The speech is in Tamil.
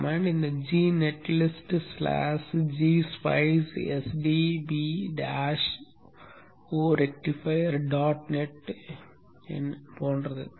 கட்டளை இந்த G net list slash g spice s d b dash o rectifier dot net போன்றது